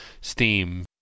steam